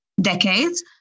decades